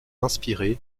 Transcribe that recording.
inspirés